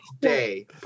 Day